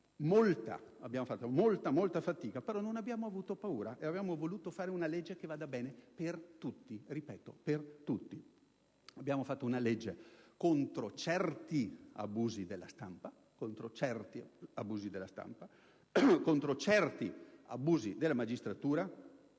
abbiamo fatto davvero molta fatica, ma non abbiamo avuto paura e abbiamo voluto fare una legge che andasse bene per tutti. Lo ripeto: per tutti. Abbiamo fatto una legge contro certi abusi della stampa, contro certi abusi della magistratura,